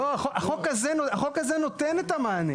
לא, החוק הזה נותן את המענה.